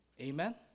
amen